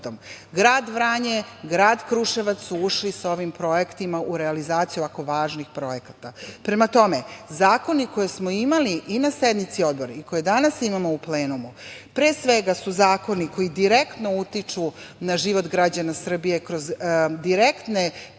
Grad Vranje i grad Kruševac su ušli sa ovim projektima u realizaciju ovako važnih projekata. Prema tome, zakoni koje smo imali i na sednici odbora i koje danas imamo u plenumu pre svega su zakoni koji direktno utiču na život građana Srbije kroz direktne